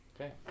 Okay